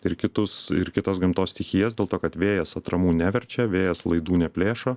ir kitus ir kitas gamtos stichijas dėl to kad vėjas atramų neverčia vėjas laidų neplėšo